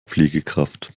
pflegekraft